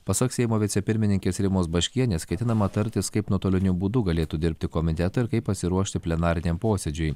pasak seimo vicepirmininkės rimos baškienės ketinama tartis kaip nuotoliniu būdu galėtų dirbti komitetai ir kaip pasiruošti plenariniam posėdžiui